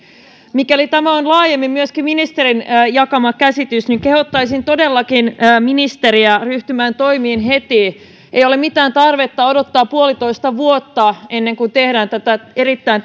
mikäli tämä on laajemmin myöskin ministerin jakama käsitys niin kehottaisin todellakin ministeriä ryhtymään toimiin heti ei ole mitään tarvetta odottaa puolitoista vuotta ennen kuin tehdään tämä erittäin